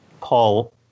Paul